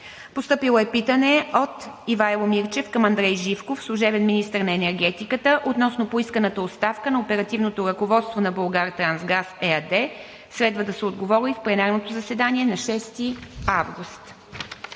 представител Ивайло Мирчев към Андрей Живков – служебен министър на енергетиката, относно поисканата оставка на Оперативното ръководство на „Булгартрансгаз“ ЕАД. Следва да се отговори в пленарното заседание на 6 август